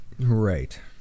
Right